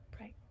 right